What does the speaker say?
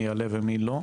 מי יעלה ומי לא.